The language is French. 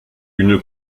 une